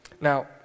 Now